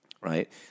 right